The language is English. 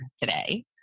today